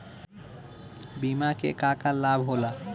बिमा के का का लाभ होला?